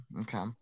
Okay